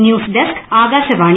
news desk Akashvani